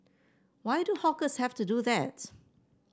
why do hawkers have to do that